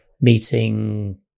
Meeting